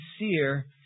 sincere